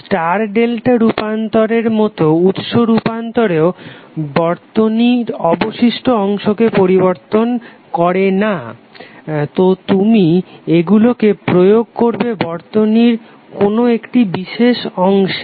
star delta রুপান্তরের মতো উৎস রূপান্তরও বর্তনীর অবশিষ্ট অংশকে পরিবর্তন করে না তো তুমি এগুলিকে প্রয়োগ করবে বর্তনীর কোনো একটি বিশেষ অংশে